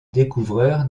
découvreur